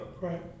Right